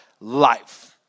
life